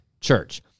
church